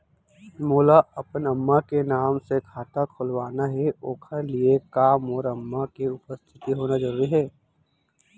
मोला अपन अम्मा के नाम से खाता खोलवाना हे ओखर लिए का मोर अम्मा के उपस्थित होना जरूरी हे?